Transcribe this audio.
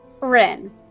Rin